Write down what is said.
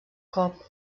cop